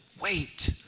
wait